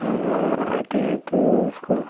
हम आते हैं तो उसको